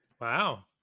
wow